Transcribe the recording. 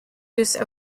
use